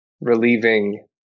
relieving